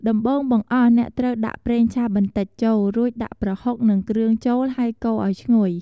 ដំបូងបង្អស់ អ្នកត្រូវដាក់ប្រេងឆាបន្តិចចូល រួចដាក់ប្រហុក និងគ្រឿងចូលហើយកូរអោយឈ្ងុយ។